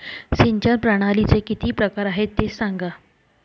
सिंचन प्रणालीचे किती प्रकार आहे ते सांगा